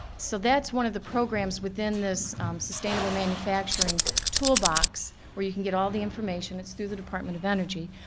so that's one of the programs within this sustainable manufacturing toolbox, where you can get all the information, it's through the department of energy,